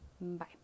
bye